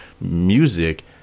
music